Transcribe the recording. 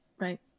right